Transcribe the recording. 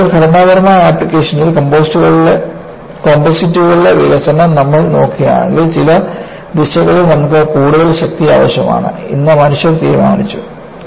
വാസ്തവത്തിൽ ഘടനാപരമായ ആപ്ലിക്കേഷനിലെ കമ്പോസിറ്റുകളുടെ വികസനം നമ്മൾ നോക്കുകയാണെങ്കിൽ ചില ദിശകളിൽ നമുക്ക് കൂടുതൽ ശക്തി ആവശ്യമാണ് എന്ന് മനുഷ്യർ തീരുമാനിച്ചു